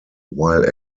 while